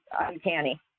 uncanny